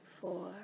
four